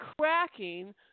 cracking